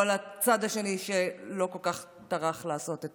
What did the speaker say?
מול כל הצד השני, שלא כל כך טרח לעשות את